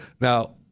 Now